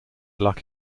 luck